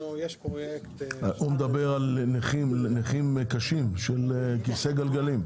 הוא מדבר על נכים קשים של כיסא גלגלים,